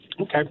Okay